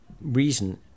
reason